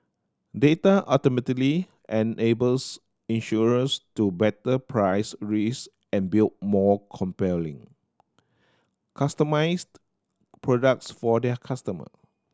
data ultimately enables insurers to better price risk and build more compelling customised products for their customer